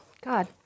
God